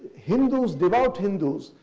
hindus, devout hindus,